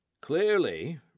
Clearly